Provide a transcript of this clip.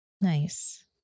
Nice